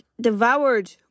devoured